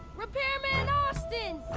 repairman austin!